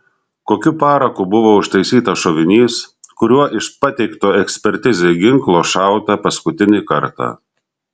kokiu paraku buvo užtaisytas šovinys kuriuo iš pateikto ekspertizei ginklo šauta paskutinį kartą